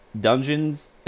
dungeons